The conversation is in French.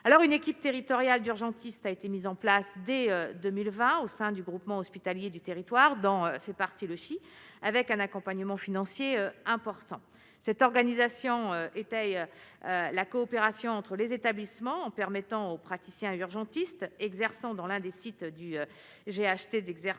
alors une équipe territorial d'urgentiste a été mise en place dès 2020, au sein du Groupement hospitalier du territoire dont fait partie le avec un accompagnement financier important, cette organisation était la coopération entre les établissements, en permettant aux praticiens urgentistes exerçant dans l'un des sites du j'ai acheté